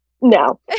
no